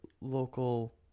local